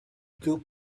two